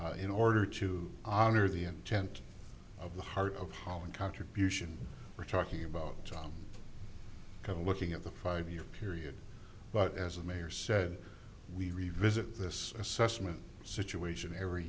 in order to honor the intent of the heart of holland contribution we're talking about job of looking at the five year period but as the mayor said we revisit this assessment situation every